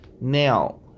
Now